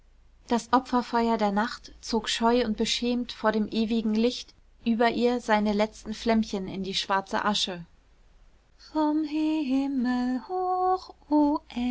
das opferfeuer der nacht zog scheu und beschämt vor dem ewigen licht über ihr seine letzten flämmchen in die schwarze asche vom himmel hoch